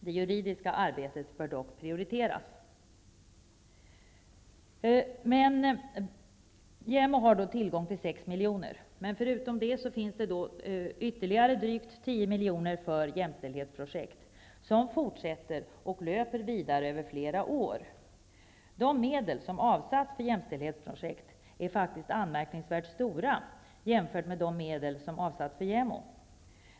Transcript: Det juridiska arbetet bör dock prioriteras. JämO har tillgång till 6 miljoner, men förutom det finns ytteligare drygt 10 miljoner för jämställdhetsprojekt som fortsätter och löper vidare över flera år. De medel som avsatts för jämställdhetsprojekt är faktiskt anmärkningsvärt stora jämfört med de medel som avsatts för JämO.